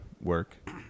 work